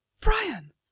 Brian